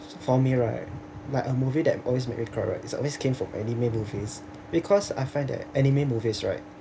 for me right like a movie that always made me cry right it's always came from anime movies because I find that anime movies right